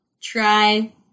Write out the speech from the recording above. try